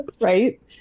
Right